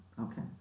Okay